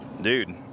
Dude